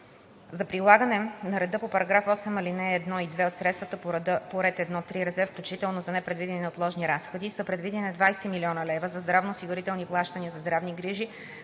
За прилагане на реда на § 8, ал. 1 и 2 от средствата по ред 1.3. „Резерв, включително за непредвидени и неотложни разходи“ са предвидени 20 млн. лв. за здравноосигурителни плащания за здравни грижи,